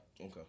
Okay